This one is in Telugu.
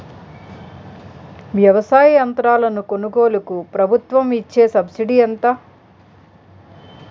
వ్యవసాయ యంత్రాలను కొనుగోలుకు ప్రభుత్వం ఇచ్చే సబ్సిడీ ఎంత?